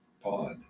pod